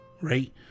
right